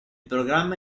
programma